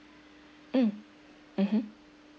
mm mmhmm